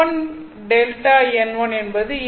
n1 Δ n1 என்பது n1 x n1